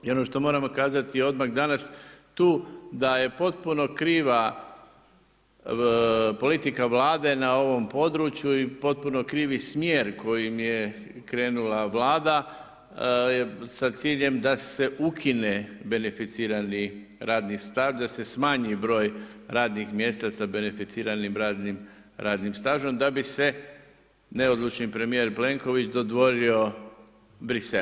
I ono što moramo kazati odmah danas tu da je potpuno kriva politika Vlade na ovom području i potpuno krivi smjer kojim je krenula Vlada, sa ciljem da se ukine beneficirani radni staž, da se smanji broj radnih mjesta sa beneficiranim radnim stažem da bi se neodlučni premijer Plenković dodvorio Bruxellesu.